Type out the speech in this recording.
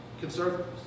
conservatives